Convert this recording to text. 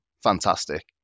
Fantastic